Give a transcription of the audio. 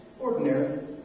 ordinary